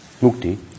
Mukti